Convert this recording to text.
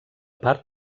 part